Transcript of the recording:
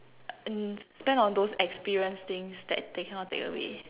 and spend on those experience things that they cannot take away